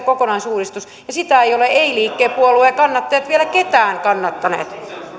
kokonaisuudistus ja sitä eivät ole ei liikkeen puolueen kannattajat vielä ketkään kannattaneet